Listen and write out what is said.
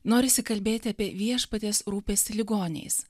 norisi kalbėti apie viešpaties rūpestį ligoniais